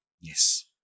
Yes